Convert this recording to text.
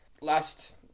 last